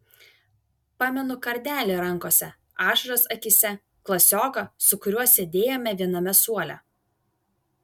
pamenu kardelį rankose ašaras akyse klasioką su kuriuo sėdėjome viename suole